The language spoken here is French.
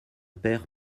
père